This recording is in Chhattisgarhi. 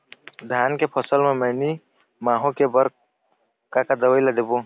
धान के फसल म मैनी माहो के बर बर का का दवई ला देबो?